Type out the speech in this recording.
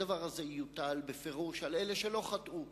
הדבר הזה יוטל בפירוש על אלה שלא חטאו,